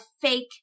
fake